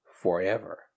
forever